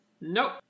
Nope